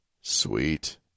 Sweet